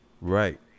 Right